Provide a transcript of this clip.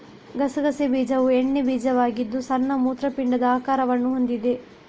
ಗಸಗಸೆ ಬೀಜವು ಎಣ್ಣೆ ಬೀಜವಾಗಿದ್ದು ಸಣ್ಣ ಮೂತ್ರಪಿಂಡದ ಆಕಾರವನ್ನು ಹೊಂದಿದೆ